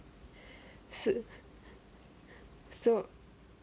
suit so